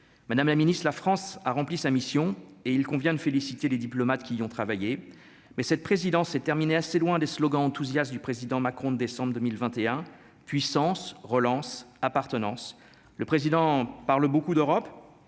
madame la Ministre de la France a rempli sa mission et il convient de féliciter les diplomates qui ont travaillé mais cette présidence, c'est terminé assez loin des slogans enthousiastes du président Macron décembre 2021 puissance relance appartenance le président parle beaucoup d'Europe